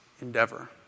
endeavor